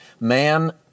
Man